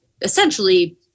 essentially